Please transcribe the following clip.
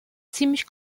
ziemlich